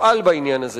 תפעל בעניין הזה